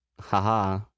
haha